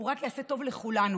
רק יעשה טוב לכולנו.